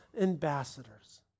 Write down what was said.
ambassadors